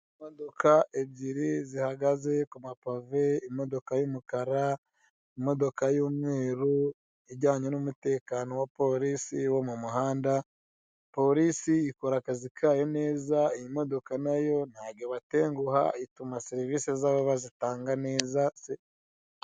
Imodoka ebyiri zihagaze ku mapave imodoka y'umukara, imodoka y'umweru ijyanye n'umutekano wa polisi wo mu muhanda. Polisi ikora akazi kayo neza, imodoka nayo ntago ibatenguha ituma serivise zabo bazitanga neza.